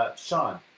ah sean